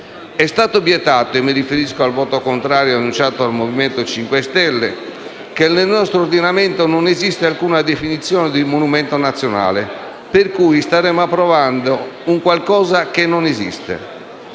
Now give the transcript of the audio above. È stato obiettato - e mi riferisco al voto contrario annunciato dal Movimento 5 Stelle - che nel nostro ordinamento non esiste alcuna definizione di monumento nazionale, per cui staremmo approvando un qualcosa che non esiste.